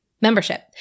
membership